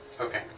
Okay